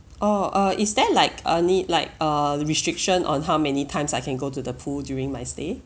orh uh is there like a need like a restriction on how many times I can go to the pool during my stay